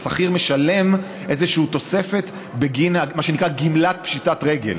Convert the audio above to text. השכיר משלם איזושהי תוספת בגין מה שנקרא גמלת פשיטת רגל.